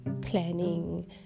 planning